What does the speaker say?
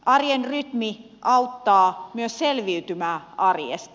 arjen rytmi auttaa myös selviytymään arjesta